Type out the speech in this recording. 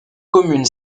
commune